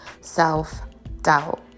self-doubt